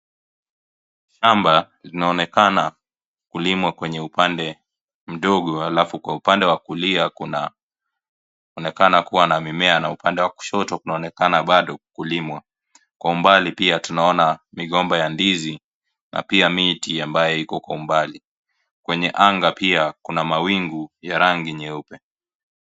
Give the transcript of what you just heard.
Shamba linaonekana kulimwa kwenye upande mdogo halafu kwa upande wa kulia kunaonekana kuwa na mimea na upande wa kushoto kunaonekana bado kulimwa. Kwa umbali pia tunaona migomba ya ndizi na pia miti ambayo iko kwa umbali. Kwenye anga pia kuna mawingu ya rangi nyeupe.